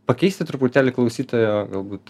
pakeisti truputėlį klausytojo galbūt